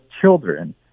children